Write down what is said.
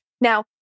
Now